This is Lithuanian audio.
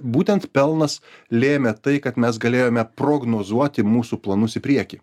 būtent pelnas lėmė tai kad mes galėjome prognozuoti mūsų planus į priekį